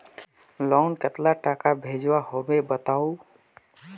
Loan कतला टाका भेजुआ होबे बताउ?